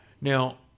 now